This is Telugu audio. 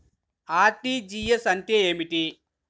అర్.టీ.జీ.ఎస్ అంటే ఏమిటి?